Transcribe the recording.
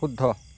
শুদ্ধ